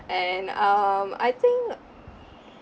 and um I think